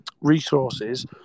resources